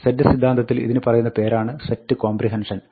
set സിദ്ധാന്തത്തിൽ ഇതിന് പറയുന്ന പേരാണ് സെറ്റ് കോംബ്രിഹെൻഷൻ